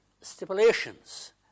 stipulations